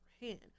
hand